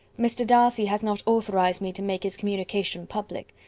mr. darcy has not authorised me to make his communication public.